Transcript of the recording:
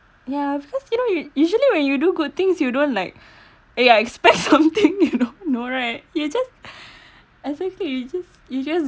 yeah of course you know you usually when you do good things you don't like ya expect something you don't know right you're just exactly you just you just